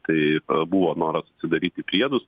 tai buvo noras atsidaryti priedus